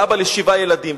באבא לשבעה ילדים.